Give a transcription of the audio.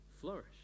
flourish